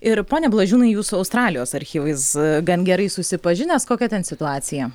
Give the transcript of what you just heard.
ir pone blažiūnai jūs su australijos archyvais gan gerai susipažinęs kokia ten situacija